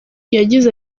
yagize